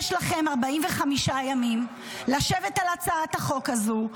יש לכם 45 ימים לשבת על הצעת החוק הזו,